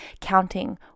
counting